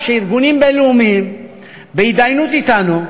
שארגונים בין-לאומיים בהידיינות אתנו.